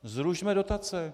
Zrušme dotace.